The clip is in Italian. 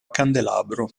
candelabro